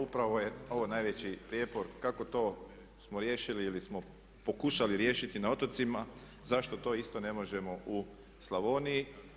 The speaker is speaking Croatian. Upravo je ovo najveći prijepor kako to smo riješili ili smo pokušali riješiti na otocima, zašto to isto ne možemo u Slavoniji?